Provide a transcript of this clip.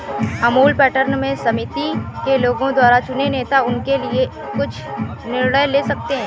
Amul pattern में समिति के लोगों द्वारा चुने नेता उनके लिए कुछ निर्णय ले सकते हैं